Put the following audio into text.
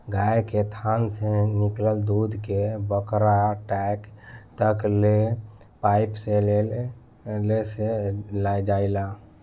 गाय के थान से निकलल दूध के बड़का टैंक तक ले पाइप से ले जाईल जाला